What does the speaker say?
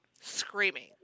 screaming